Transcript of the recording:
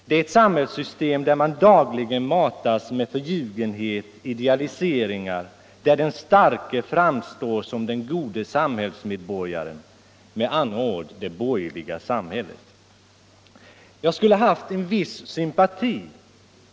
Det är ett samhällssystem där man dagligen matas med förljugenhet och idealiseringar, där den starke framstår som den gode samhällsmedborgaren - med andra ord det borgerliga samhället. Jag skulle ha haft en viss sympati.